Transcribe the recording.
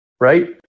right